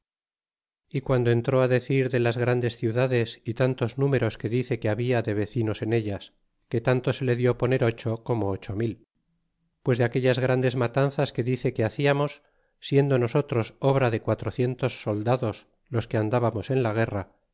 y guando entró decir de las grandes ciudades y tantos números que dice que había de vecinos en ellas que tanto se le lió poner ocho como ocho mil pues de aquellas grandes matanzas que dice que haciamos siendo nosotros obra de quatrocientos soldados los que andábamos en la guerra